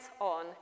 on